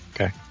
Okay